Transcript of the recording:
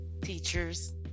teachers